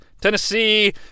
Tennessee